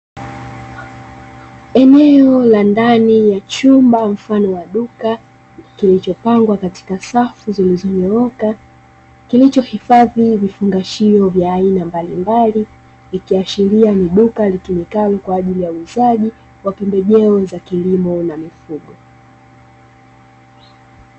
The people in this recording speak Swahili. Eneo la ndani ya chumba mfano wa duka, kilichopangwa katika safu zilizonyooka, kilichohifadhi vifungashio vya aina mbalimbali. Ikiashiria ni duka litumikalo kwa ajili ya uuzaji wa pembejeo za kilimo na mifugo.